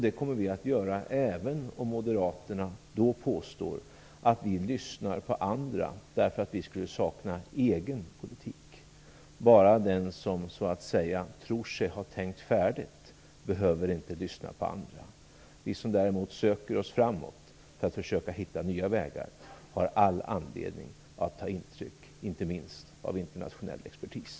Det kommer vi att göra även om moderaterna då påstår att vi lyssnar på andra bara för att vi saknar egen politik. Bara den som tror sig ha tänkt färdigt behöver inte lyssna på andra. Vi som söker oss framåt för att försöka hitta nya vägar har all anledning att ta intryck, inte minst av internationell expertis.